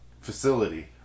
facility